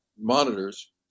monitors